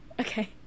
Okay